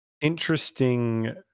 interesting